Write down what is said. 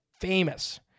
famous